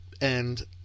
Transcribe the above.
And-